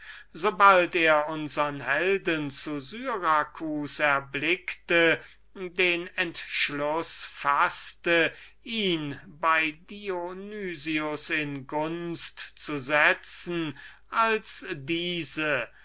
bald er unsern helden zu syracus erblickte den entschluß faßte ihn bei dem dionys in gunst zu setzen als diese